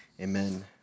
amen